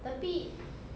tapi